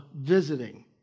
visiting